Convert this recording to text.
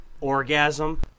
orgasm